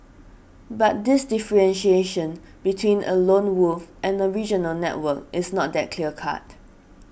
but this differentiation between a lone wolf and a regional network is not that clear cut